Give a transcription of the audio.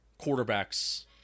quarterbacks